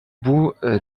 bout